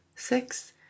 six